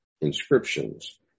inscriptions